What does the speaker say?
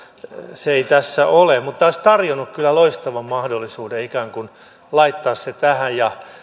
se ei tässä ole mutta tämä olisi tarjonnut kyllä loistavan mahdollisuuden ikään kuin laittaa se tähän ja